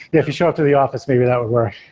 if you show up to the office, maybe that would work